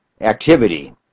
activity